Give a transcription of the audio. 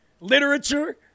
Literature